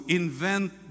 invent